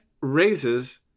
raises